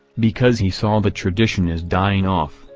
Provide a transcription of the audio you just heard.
because he saw the tradition is dying off,